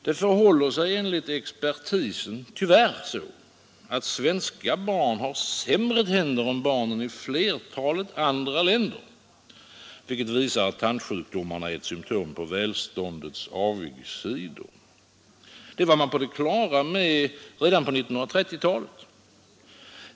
Det förhåller sig enligt expertisen tyvärr så att svenska barn har sämre tänder än barnen i flertalet andra länder, vilket visar att tandsjukdomarna är ett symtom på välståndets avigsidor. Det var man på det klara med redan på 1930-talet.